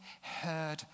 heard